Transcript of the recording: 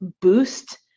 boost